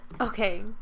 Okay